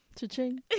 Cha-ching